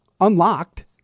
unlocked